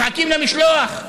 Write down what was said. מחכים למשלוח.